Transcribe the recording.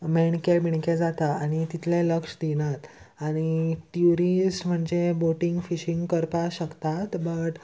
मेणकें बिणकें जाता आनी तितलें लक्ष दिनात आनी ट्युरिस्ट म्हणजे बोटींग फिशींग करपा शकतात बट